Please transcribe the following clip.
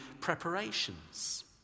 preparations